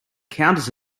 counters